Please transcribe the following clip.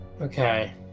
Okay